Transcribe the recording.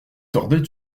tordait